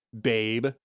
babe